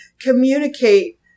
communicate